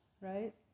right